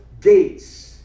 gates